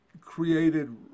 created